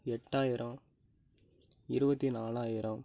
எட்டாயிரம் இருபத்தி நாலாயிரம்